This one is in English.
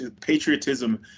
patriotism